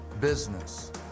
business